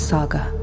Saga